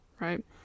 right